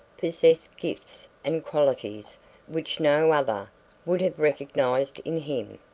possessed gifts and qualities which no other would have recognised in him.